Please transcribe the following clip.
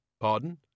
Pardon